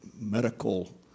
medical